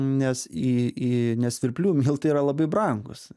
nes į į nes svirplių miltai yra labai brangūs